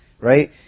right